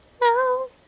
No